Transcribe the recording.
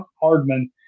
Hardman